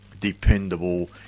dependable